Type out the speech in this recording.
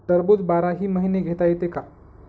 टरबूज बाराही महिने घेता येते का?